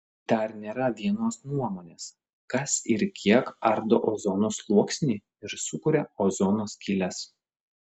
dar nėra vienos nuomonės kas ir kiek ardo ozono sluoksnį ir sukuria ozono skyles